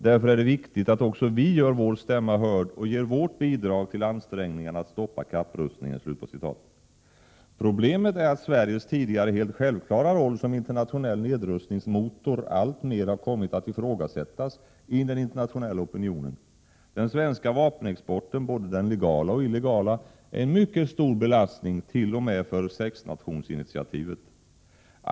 Därför är det viktigt att också vi gör vår stämma hörd och ger vårt bidrag till ansträngningarna att stoppa kapprustningen.” Problemet är att Sveriges tidigare helt självklara roll som internationell nedrustningsmotor alltmer har kommit att ifrågasättas i den internationella opinionen. Den svenska vapenexporten — både den legala och den illegala — är en mycket stor belastning, t.o.m. för sexnationsinitiativet.